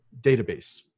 database